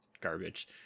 garbage